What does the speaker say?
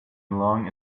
along